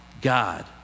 God